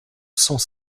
cent